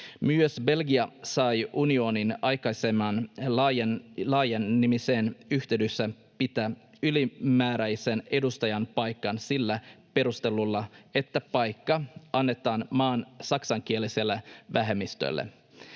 Myös Belgia sai unionin aikaisemman laajenemisen yhteydessä pitää ylimääräisen edustajanpaikan sillä perustelulla, että paikka annetaan maan saksankieliselle vähemmistölle,